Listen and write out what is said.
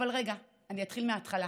אבל רגע, אני אתחיל מההתחלה.